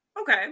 okay